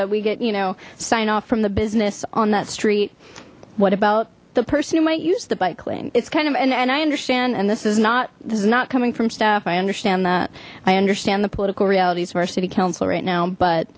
that we get you know sign off from the business on that street what about the person who might use the bike lane it's kind of and i understand and this is not this is not coming from staff i understand that i understand the political realities of our city council right now but